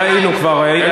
ראינו כבר.